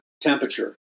temperature